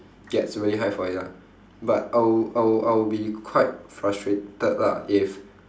gets really high for it lah but I wou~ I wou~ I would be quite frustrated lah if